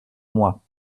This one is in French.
moi